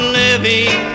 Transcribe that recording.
living